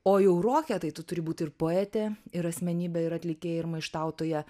o jau roke tai tu turi būt ir poetė ir asmenybė ir atlikėja ir maištautoja